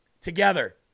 together